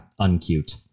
uncute